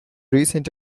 recent